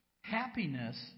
happiness